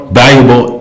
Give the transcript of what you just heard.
valuable